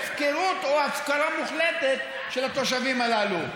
הפקרות או הפקרה מוחלטת של התושבים הללו?